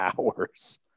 hours